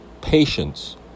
patience